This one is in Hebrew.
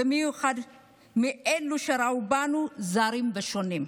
במיוחד של אלו שראו בנו זרים ושונים,